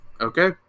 Okay